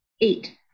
eight